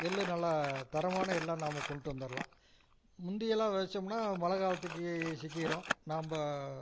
எள் நல்லா தரமான எள்ளாக நாம் கொண்டுட்டு வந்துர்லாம் முந்தி எல்லாம் வெதைச்சோம்னா மழை காலத்துக்கு சிக்கிடும் நாம்